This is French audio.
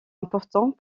important